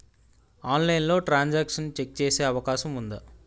ఆన్లైన్లో transaction check చేసే అవకాశం ఉందా?